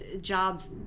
jobs